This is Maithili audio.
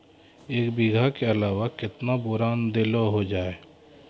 एक बीघा के अलावा केतना बोरान देलो हो जाए?